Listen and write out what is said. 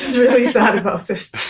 really sad about this